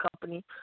company